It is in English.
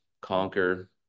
conquer